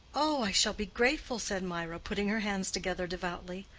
oh, i shall be grateful, said mirah, putting her hands together devoutly.